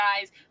guys